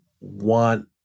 want